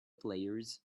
players